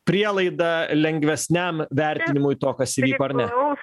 prielaidą lengvesniam vertinimui to kas įvyko ar ne